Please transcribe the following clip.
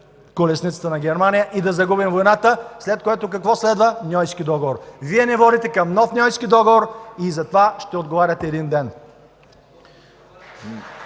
колесницата на Германия и да загубим войната. След което, какво следва? – Ньойски договор. Вие ни водите към нов Ньойски договор и за това ще отговаряте един ден.